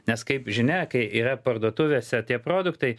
nes kaip žinia kai yra parduotuvėse tie produktai